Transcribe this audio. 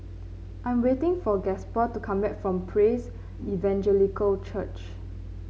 I am waiting for Gasper to come back from Praise Evangelical Church